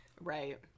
Right